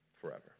forever